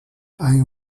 hai